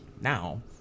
Now